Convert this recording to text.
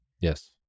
Yes